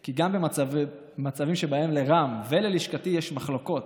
כי גם במצבים שבהם לרם וללשכתי יש מחלוקות,